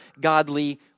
godly